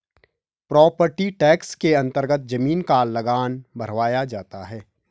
property tax के अन्तर्गत जमीन का लगान भरवाया जाता है